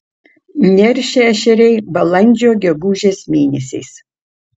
neršia ešeriai balandžio gegužės mėnesiais